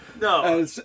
No